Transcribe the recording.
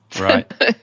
Right